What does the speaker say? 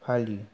फालियो